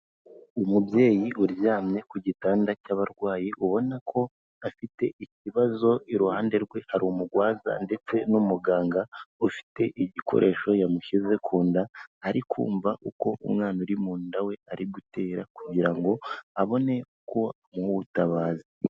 Umubyeyi uryamye ku gitanda cy'abarwayi ubona ko afite ikibazo, iruhande rwe hari umurwaza ndetse n'umuganga ufite igikoresho yamushyize ku nda, ari kumva uko umwana uri mu nda we ari gutera kugira ngo abone uko umuha ubutabazi.